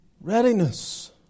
readiness